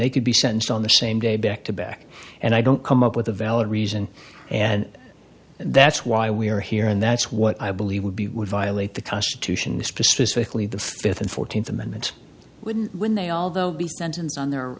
they could be sentenced on the same day back to back and i don't come up with a valid reason and that's why we are here and that's what i believe would be would violate the constitution specifically the fifth and fourteenth amendment wouldn't when they although the sentence on there